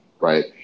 Right